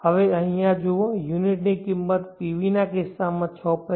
હવે અહીં જુઓ યુનિટની કિંમત PV ના કિસ્સામાં 6